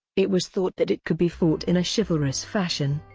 it was thought that it could be fought in a chivalrous fashion.